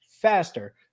faster